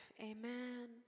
Amen